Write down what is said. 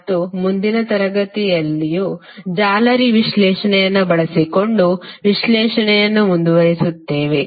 ಮತ್ತು ಮುಂದಿನ ತರಗತಿಯಲ್ಲಿಯೂ ಜಾಲರಿ ವಿಶ್ಲೇಷಣೆಯನ್ನು ಬಳಸಿಕೊಂಡು ವಿಶ್ಲೇಷಣೆಯನ್ನು ಮುಂದುವರಿಸುತ್ತೇವೆ